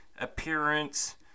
appearance